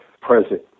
present